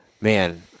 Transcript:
man